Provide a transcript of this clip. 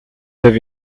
avez